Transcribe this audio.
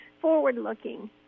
forward-looking